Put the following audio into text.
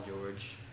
George